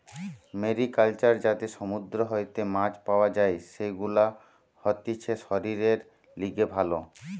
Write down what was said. mariculture যাতে সমুদ্র হইতে মাছ পাওয়া যাই, সেগুলা হতিছে শরীরের লিগে ভালো